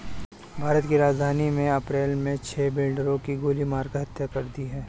भारत की राजधानी में अप्रैल मे छह बिल्डरों की गोली मारकर हत्या कर दी है